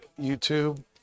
YouTube